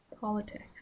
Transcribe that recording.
politics